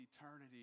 eternity